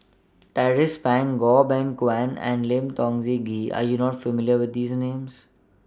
Tracie Pang Goh Beng Kwan and Lim Tiong Z Ghee Are YOU not familiar with These Names